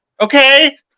Okay